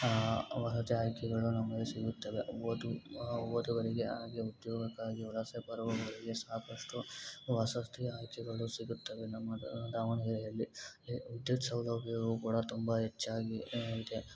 ವಸತಿ ಆಯ್ಕೆಗಳು ನಮಗೆ ಸಿಗುತ್ತವೆ ಓದು ಓದುಗರಿಗೆ ಹಾಗೆ ಉದ್ಯೋಗಕ್ಕಾಗಿ ವಲಸೆ ಬರುವವರಿಗೆ ಸಾಕಷ್ಟು ವಸತಿ ಆಯ್ಕೆಗಳು ಸಿಗುತ್ತವೆ ನಮ್ಮ ದಾವಣರೆಯಲ್ಲಿ ವಿದ್ಯುತ್ ಸೌಲಬ್ಯವೂ ಕೂಡ ತುಂಬ ಹೆಚ್ಚಾಗಿ ಇದೆ